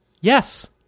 Yes